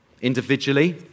individually